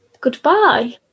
goodbye